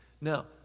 Now